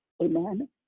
amen